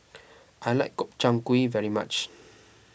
I like Gobchang Gui very much